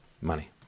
money